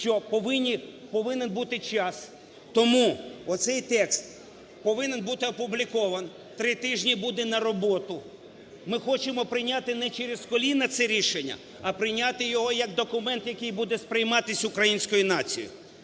що повинен бути час. Тому оцей текст повинен бути опублікований, три тижні буде на роботу. Ми хочемо прийняти не через коліно це рішення, а прийняти його як документ, який буде сприйматись українською нацією.